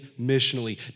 missionally